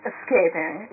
Escaping